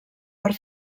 per